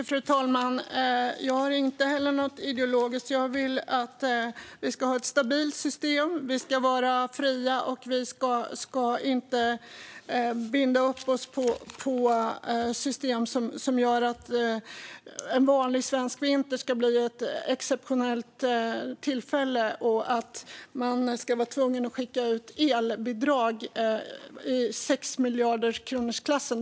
Fru talman! Jag har inte heller något ideologiskt för eller emot. Jag vill att vi ska ha ett stabilt system. Vi ska vara fria och inte binda upp oss på system som gör att en vanlig svensk vinter blir ett exceptionellt tillfälle och man blir tvungen att skicka ut elbidrag i klassen 6 miljarder kronor.